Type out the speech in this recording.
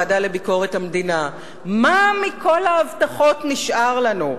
מה מכל ההבטחות נשאר לנו?